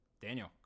daniel